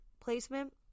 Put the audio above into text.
placement